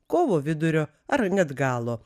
kovo vidurio ar net galo